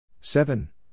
Seven